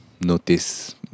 notice